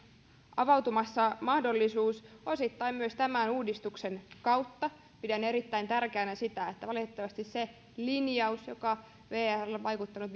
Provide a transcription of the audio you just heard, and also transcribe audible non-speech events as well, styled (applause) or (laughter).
avautumassa mahdollisuus osittain myös tämän uudistuksen kautta ja pidän erittäin tärkeänä sitä että valitettavasti se linjaus joka vrllä on vaikuttanut (unintelligible)